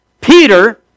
Peter